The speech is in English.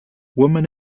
woman